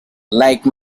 like